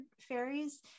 fairies